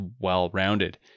well-rounded